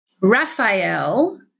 Raphael